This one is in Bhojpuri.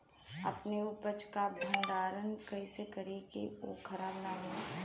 अपने उपज क भंडारन कइसे करीं कि उ खराब न हो?